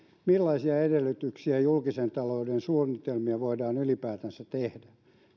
millaisilla edellytyksillä julkisen talouden suunnitelmia voidaan ylipäätänsä tehdä